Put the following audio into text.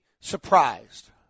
surprised